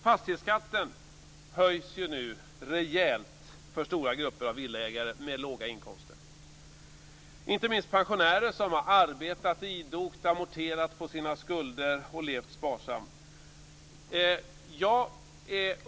Fastighetsskatten höjs nu rejält för stora grupper av villaägare med låga inkomster. Inte minst för pensionärer som har arbetat idogt och som har amorterat på sina skulder och levt sparsamt.